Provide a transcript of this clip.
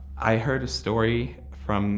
i heard a story from